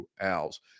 Owls